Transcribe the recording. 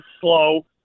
slow